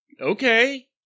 okay